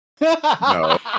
No